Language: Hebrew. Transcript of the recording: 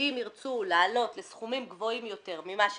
שאם ירצו להעלות לסכומים גבוהים יותר ממה שנחקק,